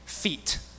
Feet